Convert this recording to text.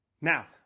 Now